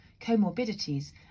comorbidities